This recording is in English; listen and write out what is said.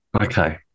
Okay